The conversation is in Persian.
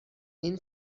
این